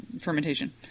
fermentation